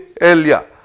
Earlier